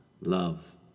love